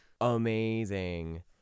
amazing